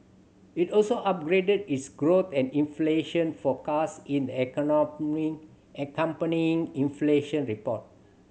it also upgraded its growth and inflation forecast in the accompanying inflation report